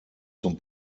zum